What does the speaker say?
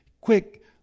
Quick